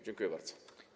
Dziękuję bardzo.